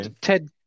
Ted